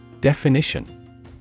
Definition